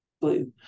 blue